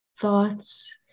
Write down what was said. thoughts